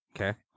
Okay